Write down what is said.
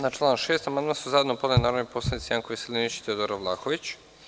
Na član 6. amandman su zajedno podneli narodni poslanici Janko Veselinović i Teodora Vlahović.